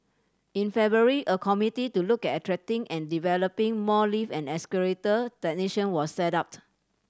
in February a committee to look at attracting and developing more lift and escalator technician was set up